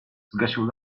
zgasił